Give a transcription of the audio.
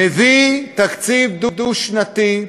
מביא תקציב דו-שנתי,